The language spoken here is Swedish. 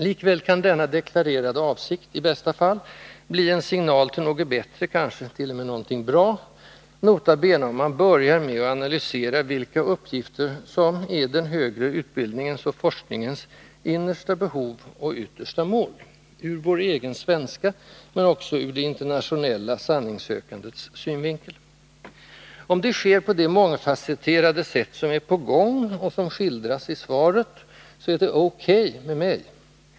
Likväl kan denna deklarerade avsikt, i bästa fall, bli en signal till något bättre, kanske t.o.m. någonting bra, nota bene om man börjar med att analysera vilka uppgifter som är den högre utbildningens och forskningens innersta behov och yttersta mål, ur vår egen svenska men också ur det internationella sanningssökandets synvinkel. Om det sker på det mångfasetterade sätt som är på gång och som skildras i svaret, så är det O. K. med mig.